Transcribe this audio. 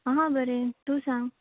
आसा बरें तूं सांग